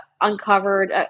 uncovered